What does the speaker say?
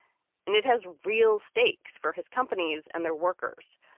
and it has real stakes for his companies and their workers.